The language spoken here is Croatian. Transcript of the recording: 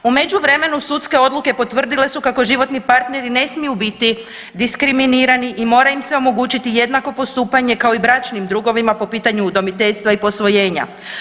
U međuvremenu sudske odluke potvrdile su kako životni partneri ne smiju biti diskriminirani i mora im se omogućiti jednako postupanje kao i bračnim drugovima po pitanju udomiteljstva i posvojenja.